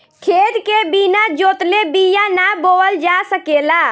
खेत के बिना जोतवले बिया ना बोअल जा सकेला